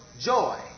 joy